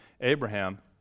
Abraham